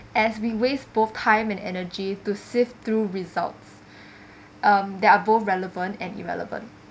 as we waste both time and energy to sift through results um that are both relevant and irrelevant